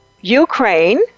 Ukraine